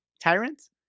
tyrants